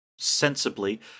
Sensibly